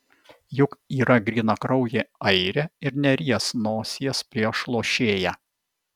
juk yra grynakraujė airė ir neries nosies prieš lošėją